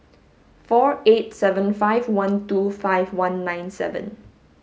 four eight seven five one two five one nine seven